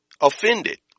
offended